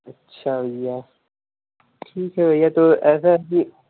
अच्छा भैया ठीक है भैया तो ऐसा है कि